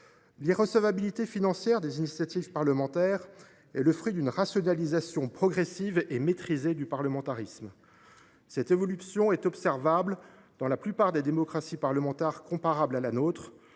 L’irrecevabilité financière des initiatives parlementaires est le fruit d’une rationalisation progressive et maîtrisée du parlementarisme. Cette évolution est observable dans la plupart des démocraties parlementaires comparables à la nôtre,